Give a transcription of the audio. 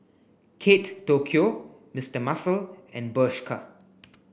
Kate Tokyo Mister Muscle and Bershka